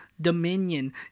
dominion